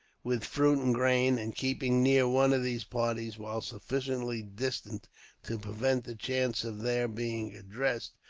with fruit and grain and, keeping near one of these parties, while sufficiently distant to prevent the chance of their being addressed,